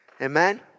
Amen